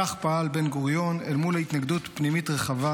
כך פעל בן-גוריון אל מול התנגדות פנימית רחבה,